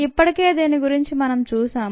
ఇప్పటికే దీని గురించి మనం చూశాం